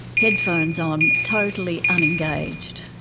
headphones on, totally unengaged.